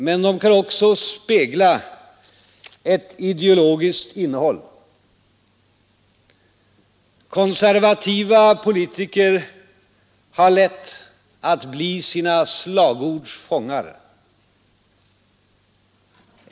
Men de kan också spegla ett ideologiskt innehåll. Konservativa politiker har lätt att bli sina slagords fångar.